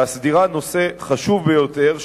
בהסדרת נושא חשוב ביותר,